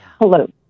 Hello